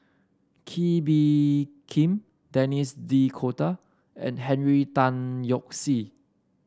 Kee Bee Khim Denis D'Cotta and Henry Tan Yoke See